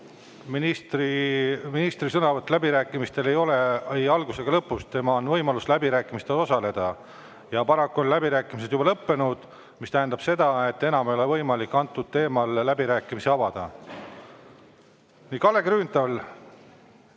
Ministri sõnavõttu ei ole läbirääkimistel ei selle alguses ega lõpus. Tal on võimalus läbirääkimistel osaleda, aga paraku on läbirääkimised juba lõppenud, mis tähendab seda, et enam ei ole võimalik antud teemal läbirääkimisi avada. Kalle Grünthal,